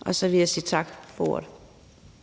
Og så vil jeg sige tak for ordet.